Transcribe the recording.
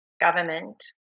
government